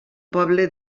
poble